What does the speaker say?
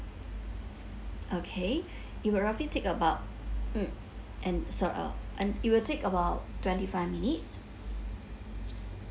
okay it will roughly take about mm and sir uh and it will take about twenty five minutes